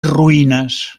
ruïnes